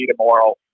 tomorrow